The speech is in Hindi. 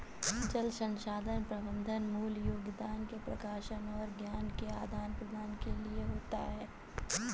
जल संसाधन प्रबंधन मूल योगदान के प्रकाशन और ज्ञान के आदान प्रदान के लिए होता है